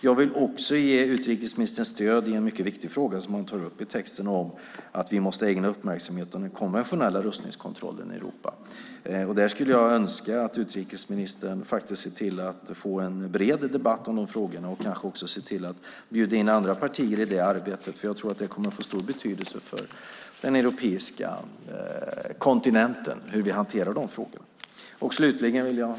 Jag vill också ge utrikesministern stöd i en mycket viktig fråga som han tar upp, nämligen att vi måste ägna uppmärksamhet åt den konventionella rustningskontrollen i Europa. Där önskar jag att utrikesministern ser till att få en bred debatt om frågorna och att bjuda in andra partier i det arbetet. Jag tror att det kommer att få stor betydelse för hur frågorna kommer att hanteras på den europeiska kontinenten. Herr talman!